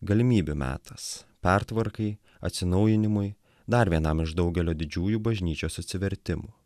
galimybių metas pertvarkai atsinaujinimui dar vienam iš daugelio didžiųjų bažnyčios atsivertimų